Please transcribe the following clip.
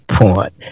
point